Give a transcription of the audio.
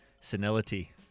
senility